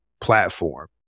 platform